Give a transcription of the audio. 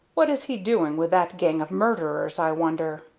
what is he doing with that gang of murderers, i wonder?